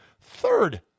Third